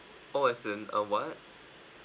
oh as in uh what